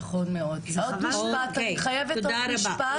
עוד משפט, אני חייבת עוד משפט,